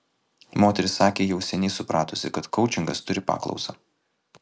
moteris sakė jau seniai supratusi kad koučingas turi paklausą